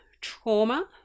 trauma